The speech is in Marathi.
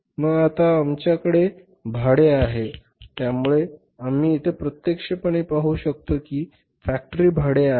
मग आता आमच्याकडे भाडे आहे त्यामुळे आम्ही येथे प्रत्यक्षपणे पाहू शकतो की हे फॅक्टरी भाडे आहे